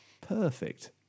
perfect